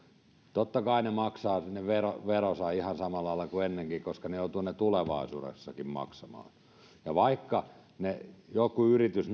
totta kai ne maksavat veronsa veronsa ihan samalla lailla kuin ennenkin koska ne joutuvat ne tulevaisuudessakin maksamaan ja vaikka joku yritys